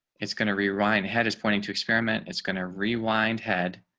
it's going to rewrite head is pointing to experiment. it's going to rewind head.